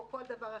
דודו.